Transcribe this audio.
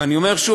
ואני אומר שוב,